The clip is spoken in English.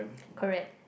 correct